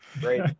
Great